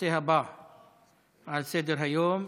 לנושא הבא על סדר-היום,